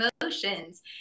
emotions